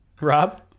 Rob